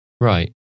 Right